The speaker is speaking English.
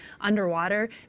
underwater